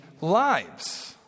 lives